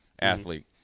athlete